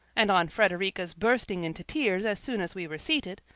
and on frederica's bursting into tears as soon as we were seated,